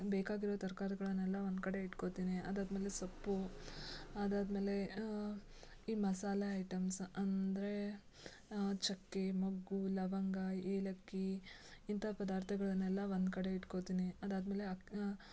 ಬೇಕಾಗಿರುವ ತರಕಾರಿಗಳನ್ನೆಲ್ಲ ಒಂದ್ಕಡೆ ಇಟ್ಕೊಳ್ತೀನಿ ಅದಾದ್ಮೇಲೆ ಸೊಪ್ಪು ಅದಾದ್ಮೇಲೆ ಈ ಮಸಾಲೆ ಐಟಮ್ಸ್ ಅಂದರೆ ಚಕ್ಕೆ ಮೊಗ್ಗು ಲವಂಗ ಏಲಕ್ಕಿ ಇಂತಹ ಪದಾರ್ಥಗಳನ್ನೆಲ್ಲ ಒಂದ್ಕಡೆ ಇಟ್ಕೊಳ್ತೀನಿ ಅದಾದ್ಮೇಲೆ ಅಡ್